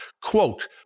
Quote